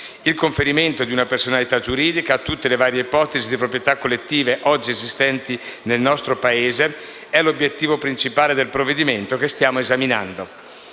Il conferimento di una personalità giuridica a tutte le varie ipotesi di proprietà collettiva oggi esistenti nel nostro Paese è l'obiettivo principale del provvedimento che stiamo esaminando.